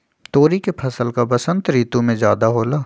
तोरी के फसल का बसंत ऋतु में ज्यादा होला?